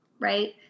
right